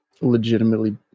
legitimately